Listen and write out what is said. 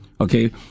Okay